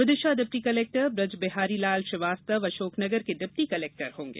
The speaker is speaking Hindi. विदिशा डिप्टी कलेक्टर बृजबिहारीलाल श्रीवास्तव अशोकनगर के डिप्टी कलेक्टर होंगे